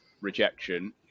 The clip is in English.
rejection